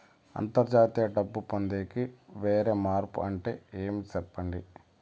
అంతర్జాతీయ డబ్బు పొందేకి, వైర్ మార్పు అంటే ఏమి? సెప్పండి?